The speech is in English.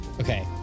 Okay